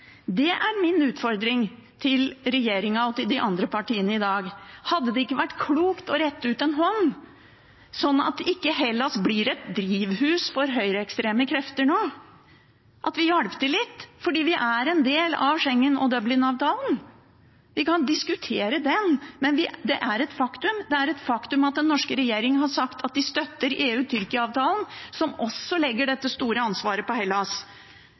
Det er min utfordring til regjeringen i dag. Hadde det ikke vært klokt å rekke ut en hånd, sånn at Hellas ikke blir et drivhus for høyreekstreme krefter nå – at vi hjalp til litt, fordi vi er en del av Schengen og Dublinavtalen? Vi kan diskutere den, men det er et faktum. Det er et faktum at den norske regjeringen har sagt at de støtter EU–Tyrkia-avtalen, som også legger dette store ansvaret på Hellas.